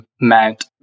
meant